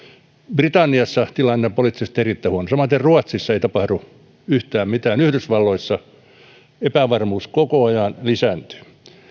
britanniassa tilanne on poliittisesti erittäin huono samaten ruotsissa ei tapahdu yhtään mitään yhdysvalloissa epävarmuus koko ajan lisääntyy